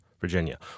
Virginia